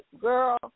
Girl